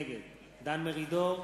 נגד דן מרידור,